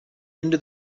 into